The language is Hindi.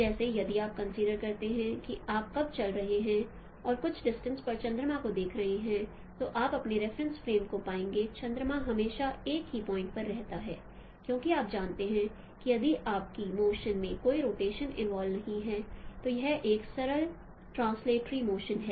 जैसे यदि आप कंसीडर करते हैं कि आप कब चल रहे हैं और कुछ डिस्टेंस पर चंद्रमा को देख रहे हैं तो आप अपने रेफरेंस फ्रेम को पाएंगे चंद्रमा हमेशा एक ही पॉइंट पर रहता है क्योंकि आप जानते हैं कि यदि आपकी मोशन में कोई रोटेशन इनवाल्व नहीं है तो यह एक सरल है ट्रांसलेटरी मोशन है